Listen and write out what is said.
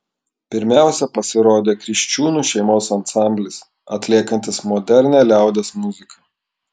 pirmiausiai pasirodė kriščiūnų šeimos ansamblis atliekantis modernią liaudies muziką